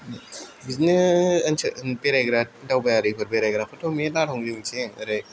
बिदिनो ओनसोल बेरायग्रा दावबायरिफोर बेरायग्राफ्राथ' मेरला दंलै बिथिं ओरै